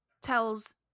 tells